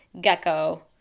Gecko